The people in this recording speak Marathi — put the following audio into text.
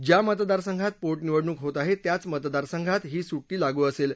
ज्या मतदारसंघात पोटनिवडणुक होत आहे त्याच मतदारसंघात ही सुट्टी लागू असेल